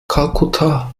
kalkutta